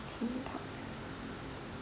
theme park